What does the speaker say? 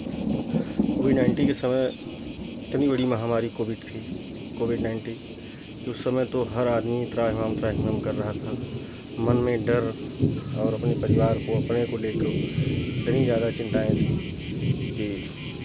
Covid nineteen के समय इतनी बड़ी महामारी कोविड थी कोविड नाइंटीन की उस समय तो हर आदमी त्राहिमाम त्राहिमाम कर रहा था मन में डर और अपने परिवार को और अपने को लेके इतनी ज़्यादा चिंताएँ थी कि